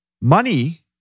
Money